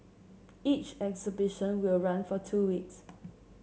each exhibition will run for two weeks